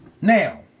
now